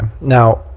Now